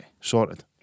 sorted